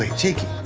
ah cheeky!